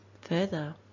further